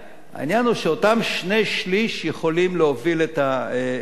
העניין הוא שאותם שני-שלישים יכולים להוביל את הבנייה.